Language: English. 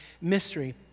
mystery